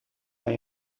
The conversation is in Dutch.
kan